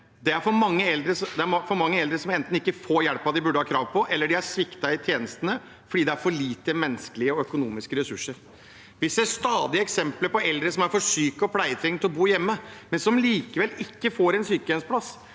Det er for mange eldre som enten ikke får hjelpen de burde ha krav på, eller de er sviktet i tjenestene fordi det er for lite menneskelige og økonomiske ressurser. Vi ser stadig eksempler på eldre som er for syke og pleietrengende til å bo hjemme, men som likevel ikke får en sykehjemsplass.